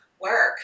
work